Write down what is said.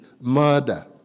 murder